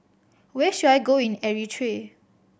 where should I go in Eritrea